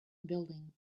building